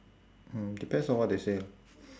mm depends on what they said lah